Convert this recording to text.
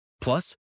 Plus